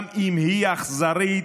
גם אם היא אכזרית,